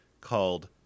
called